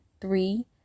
three